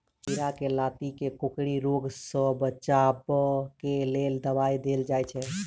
खीरा केँ लाती केँ कोकरी रोग सऽ बचाब केँ लेल केँ दवाई देल जाय छैय?